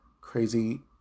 crazy